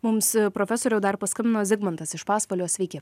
mums profesoriau dar paskambino zigmantas iš pasvalio sveiki